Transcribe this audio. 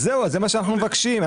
זה מה שאנחנו מבקשים.